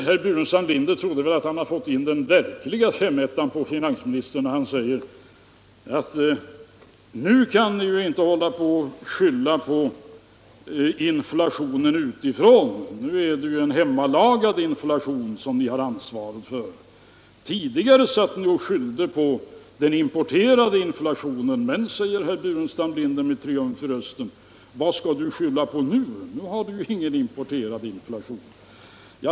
Herr Burenstam Linder trodde väl att han hade fått in den verkliga femettan på finansministern när han sade: Nu kan ni ju inte längre skylla på inflation utifrån, utan nu är det en hemmalagad inflation som ni får ta ansvaret för. Tidigare skyllde ni på den importerade inflationen. Men, säger herr Burenstam Linder med triumf i rösten, vad skall ni skylla på nu? Nu finns det ju ingen importerad inflation!